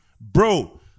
Bro